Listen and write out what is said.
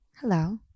Hello